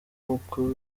uko